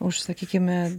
už sakykime